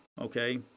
okay